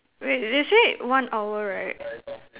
wait they said one hour right